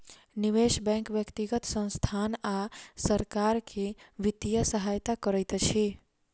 निवेश बैंक व्यक्तिगत संसथान आ सरकार के वित्तीय सहायता करैत अछि